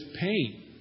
pain